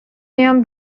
بیام